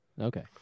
Okay